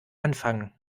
anfangen